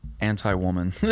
Anti-woman